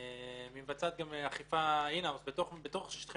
והיא מבצעת גם אכיפה של ההברחות בתוך שטחי